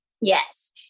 Yes